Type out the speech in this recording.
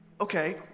okay